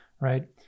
right